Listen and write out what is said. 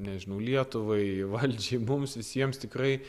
nežinau lietuvai valdžiai mums visiems tikrai